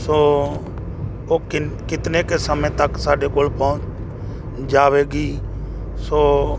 ਸੋ ਉਹ ਕਿੰਨੇ ਕਿਤਨੇ ਕੁ ਸਮੇਂ ਤੱਕ ਸਾਡੇ ਕੋਲ ਪਹੁੰਚ ਜਾਵੇਗੀ ਸੋ